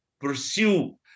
pursue